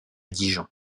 dijon